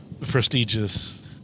prestigious